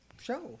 show